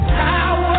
power